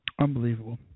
Unbelievable